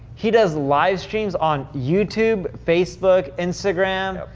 he does live streams on youtube, facebook, instagram,